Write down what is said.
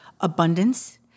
abundance